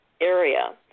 area